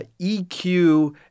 EQ